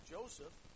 Joseph